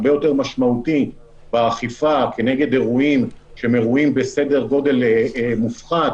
הרבה יותר משמעותי באכיפה כנגד אירועים שהם אירועים בסדר גודל מופחת,